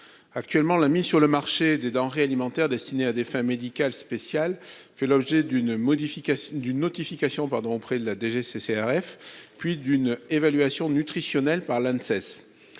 Actuellement la mise sur le marché des denrées alimentaires destinés à des fins médicales spécial fait l'objet d'une modification d'une notification pardon, près de la DGCCRF, puis d'une évaluation nutritionnelle par là